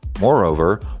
Moreover